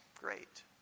Great